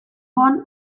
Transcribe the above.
bon